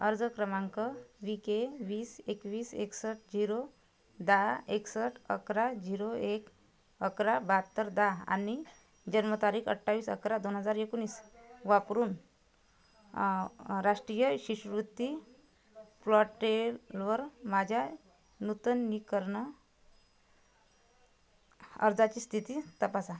अर्ज क्रमांक वीके वीस एकवीस एकसष्ट झिरो दहा एकसष्ट अकरा झिरो एक अकरा बाहत्तर दहा आणि जन्मतारीख अठ्ठावीस अकरा दोन हजार एकोणीस वापरून राष्टीय शिष्यवृत्ती प्रॉटेलवर माझ्या नूतनीकरण अर्जाची स्थिती तपासा